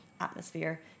atmosphere